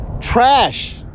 trash